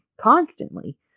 constantly